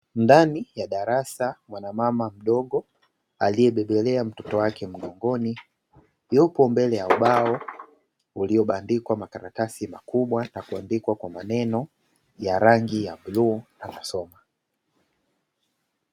Ndani ya darasa mwanamama mdogo, aliyembelea mtoto wake mgongoni, yupo mbele ya ubao uliobandikwa makaratasi makubwa na kuandikwa kwa maneno ya rangi ya bluu anasoma.